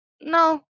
No